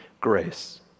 grace